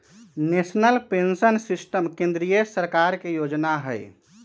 national pension system केंद्रीय सरकार के जोजना हइ